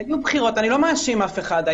אני לא מאשים אף אחד.